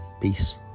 Peace